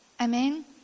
Amen